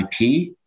IP